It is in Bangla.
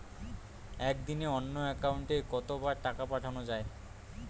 একদিনে অন্য একাউন্টে কত বার টাকা পাঠানো য়ায়?